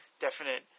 definite